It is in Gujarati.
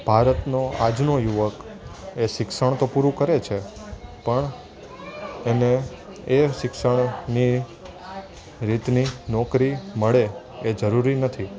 ભારતનો આજનો યુવક એ શિક્ષણ તો પૂરું કરે છે પણ એને એ શિક્ષણની રીતની નોકરી મળે એ જરૂરી નથી